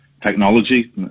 Technology